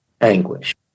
anguish